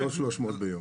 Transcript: לא 300 ביום.